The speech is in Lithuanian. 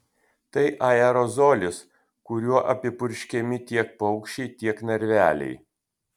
tai aerozolis kuriuo apipurškiami tiek paukščiai tiek narveliai